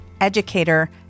educator